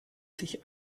sich